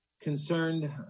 concerned